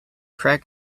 correct